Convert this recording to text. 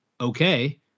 okay